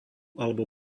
alebo